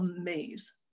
amaze